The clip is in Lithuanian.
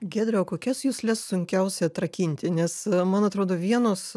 giedrie o kokias jusles sunkiausia atrakinti nes man atrodo vienos